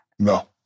No